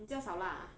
你叫小辣 ah